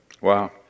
wow